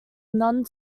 none